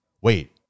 wait